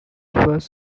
was